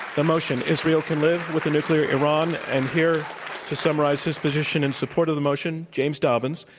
the motion, israel can live with a nuclear iran, and here to summarize his position in support of the motion, james dobbins.